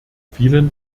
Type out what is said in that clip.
vielen